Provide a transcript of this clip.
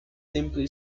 simply